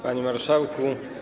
Panie Marszałku!